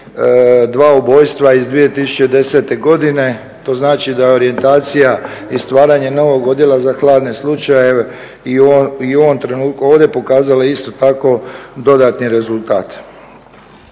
dva ubojstva iz 2010.godine, to znači da je orijentacija i stvaranje novog Odijela za hladne slučajeve i u ovom trenutku ovdje pokazala isto tako dodatni rezultat.